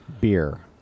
beer